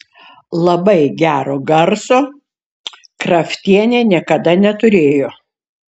labai gero garso kraftienė niekada neturėjo